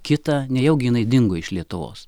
kitą nejaugi jinai dingo iš lietuvos